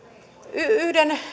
yhden